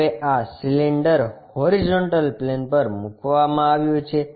હવે આ cylinder horizontal plane પર મૂકવામાં આવ્યું છે